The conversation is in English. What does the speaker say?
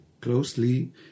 closely